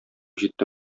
җитте